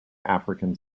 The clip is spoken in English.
african